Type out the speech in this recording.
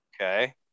Okay